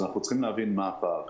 אז אנחנו צריכים להבין מה הפער.